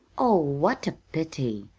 oh, what a pity!